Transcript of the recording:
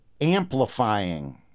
amplifying